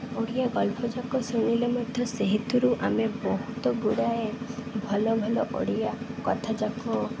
ଓଡ଼ିଆ ଗଳ୍ପଯାକ ଶୁଣିଲେ ମଧ୍ୟ ସେହିଥିରୁ ଆମେ ବହୁତ ଗୁଡ଼ାଏ ଭଲ ଭଲ ଓଡ଼ିଆ କଥାଯାକ